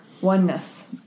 oneness